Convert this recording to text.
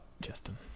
Justin